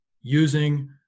Using